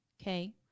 okay